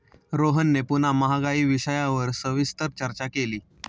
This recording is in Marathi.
रोहनने पुन्हा महागाई विषयावर सविस्तर चर्चा केली